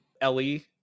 ellie